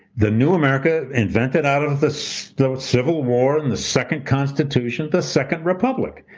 the new america invented out of the so the civil war and the second constitution, the second republic,